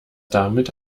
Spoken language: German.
damit